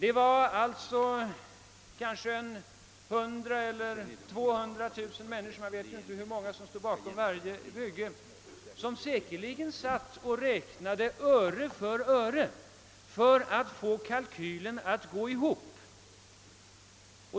100 000 eller 200 000 människor — man vet inte hur många som står bakom varje bygge — satt säkerligen och räknade öre för öre för att få kalkylen att gå ihop.